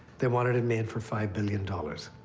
they wanted it made for five billion dollars